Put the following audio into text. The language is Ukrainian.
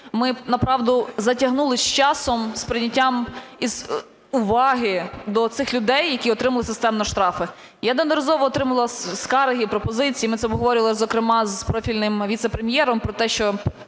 ми, направду, затягнули з часом із прийняттям, із уваги до цих людей, які отримують системно штрафи. Я неодноразово отримувала скарги, пропозиції. Ми це обговорювали, зокрема, з профільним віце-прем’єром про те, що